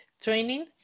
training